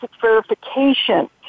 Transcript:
verification